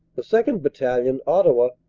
the second. battalion, ottawa,